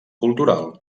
cultural